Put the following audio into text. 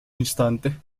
instante